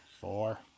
Four